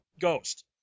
ghost